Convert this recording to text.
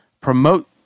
promote